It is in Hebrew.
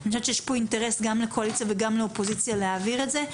יש פה אינטרס גם לקואליציה וגם לאופוזיציה להעביר את זה,